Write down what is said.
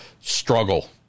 struggle